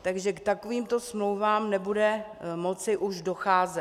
Takže k takovýmto smlouvám nebude moci už docházet.